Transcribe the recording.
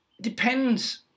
Depends